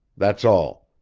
that's all!